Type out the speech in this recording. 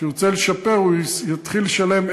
שאם הוא ירצה לשפר הוא יתחיל לשלם אקסטרות,